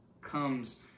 comes